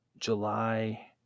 July